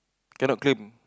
cannot claim